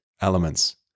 elements